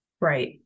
right